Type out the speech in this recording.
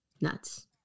Nuts